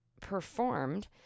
performed